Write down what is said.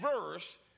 verse